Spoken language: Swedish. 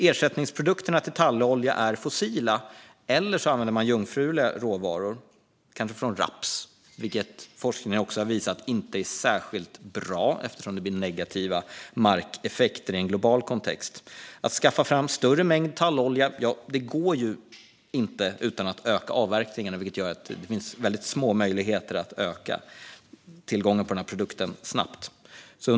Ersättningsprodukterna till tallolja är fossila, eller så använder man jungfruliga råvaror. De kommer kanske från raps. Där har forskningen visat att det inte är särskilt bra, eftersom det blir negativa markeffekter i en global kontext. Att skaffa fram större mängd tallolja går inte utan att öka avverkningarna. Det gör att det finns väldigt små möjligheter att snabbt öka tillgången på den produkten.